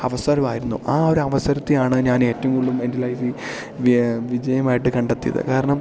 അവസരമായിരുന്നു ആ ഒരു അവസരത്തെയാണ് ഞാൻ ഏറ്റവും കൂടുതലും എൻ്റെ ലൈഫിൽ വിജയമായിട്ട് കണ്ടെത്തിയത് കാരണം